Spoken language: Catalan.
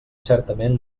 certament